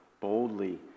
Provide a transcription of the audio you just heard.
boldly